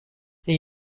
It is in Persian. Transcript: این